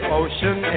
ocean